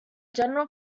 general